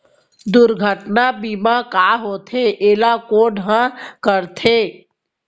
दुर्घटना बीमा का होथे, एला कोन ह करथे?